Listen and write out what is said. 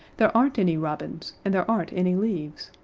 there aren't any robins, and there aren't any leaves.